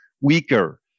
weaker